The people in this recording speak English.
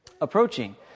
approaching